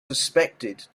suspected